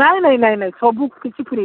ନାଇଁ ନାଇଁ ନାଇଁ ନାଇଁ ସବୁ କିଛି ଫ୍ରି